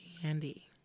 candy